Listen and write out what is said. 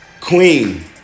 Queen